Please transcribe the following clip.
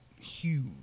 Huge